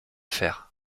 fer